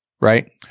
right